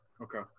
Okay